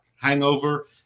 Hangover